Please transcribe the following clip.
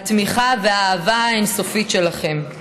התמיכה והאהבה האין-סופית שלכם.